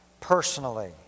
personally